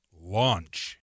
launch